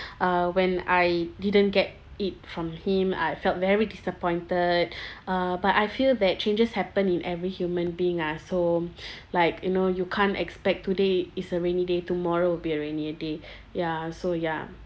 uh when I didn't get it from him I felt very disappointed uh but I feel that changes happen in every human being ah so like you know you can't expect today is a rainy day tomorrow will be a rainier day ya so ya